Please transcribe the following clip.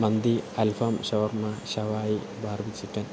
മന്തി അൽഫാം ഷവർമ്മ ഷവായി ബാർബി ചിക്കൻ